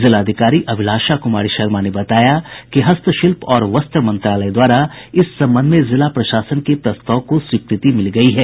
जिलाधिकारी अभिलाषा कुमारी शर्मा ने बताया कि हस्त शिल्प और वस्त्र मंत्रालय द्वारा इस संबंध में जिला प्रशासन के प्रस्ताव को स्वीकृति मिल गयी है